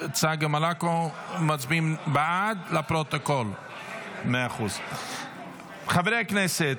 לדיון בוועדת חוץ וביטחון לצורך ------ לוועדת הכנסת,